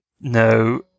No